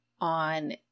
on